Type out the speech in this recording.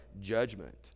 judgment